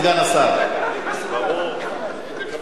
תודה.